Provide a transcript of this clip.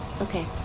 Okay